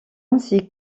ainsi